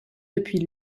depuis